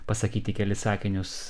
pasakyti kelis sakinius